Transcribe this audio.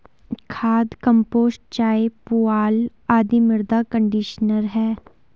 खाद, कंपोस्ट चाय, पुआल आदि मृदा कंडीशनर है